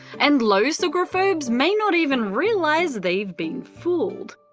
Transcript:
and low sugrophobes may not even realise they've been fooled.